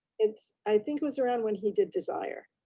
it's, i think it was around when he did desire.